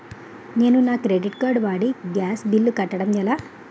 నేను నా credit card వాడి గ్యాస్ బిల్లు కట్టడం ఎలా?